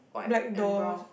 black doors